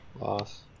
Loss